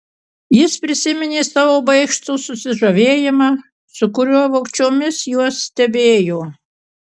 jis prisiminė savo baikštų susižavėjimą su kuriuo vogčiomis juos stebėjo